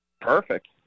Perfect